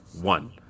one